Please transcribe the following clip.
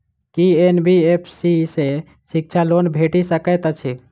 की NBFC सँ शिक्षा loan भेटि सकैत अछि?